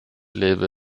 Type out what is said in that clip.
lebe